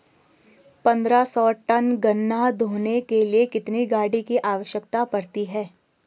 पन्द्रह सौ टन गन्ना ढोने के लिए कितनी गाड़ी की आवश्यकता पड़ती है?